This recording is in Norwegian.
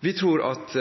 Vi tror at